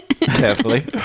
Carefully